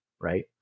Right